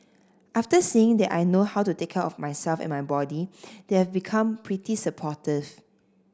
after seeing that I know how to take care of myself and my body they've become pretty supportive